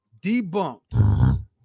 debunked